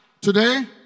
today